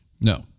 No